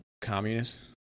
communist